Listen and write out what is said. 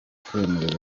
kwemerera